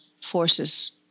forces